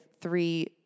three